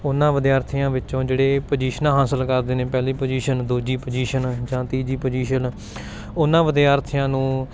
ਉਹਨਾਂ ਵਿਦਿਆਰਥੀਆਂ ਵਿੱਚੋਂ ਜਿਹੜੇ ਪੁਜੀਸ਼ਨਾਂ ਹਾਸਲ ਕਰਦੇ ਨੇ ਪਹਿਲੀ ਪੁਜੀਸ਼ਨ ਦੂਜੀ ਪੁਜੀਸ਼ਨ ਜਾਂ ਤੀਜੀ ਪੁਜੀਸ਼ਨ ਉਹਨਾਂ ਵਿਦਿਆਰਥੀਆਂ ਨੂੰ